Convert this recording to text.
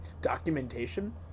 documentation